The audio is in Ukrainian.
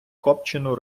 копчену